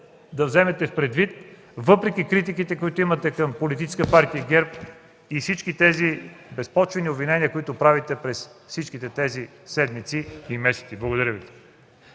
да вземете предвид въпреки критиките, които имате към политическа партия ГЕРБ и всички тези безпочвени обвинения, които правите през всички тези седмици и месеци. Благодаря Ви.